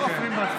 תתביישו,